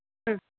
ம்